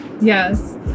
Yes